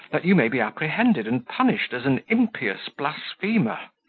that you may be apprehended and punished as an impious blasphemer.